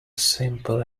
simple